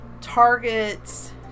targets